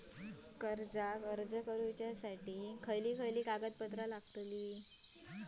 कर्जाक अर्ज करुच्यासाठी खयचे खयचे कागदपत्र लागतत